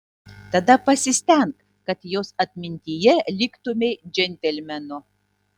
tada pasistenk kad jos atmintyje liktumei džentelmenu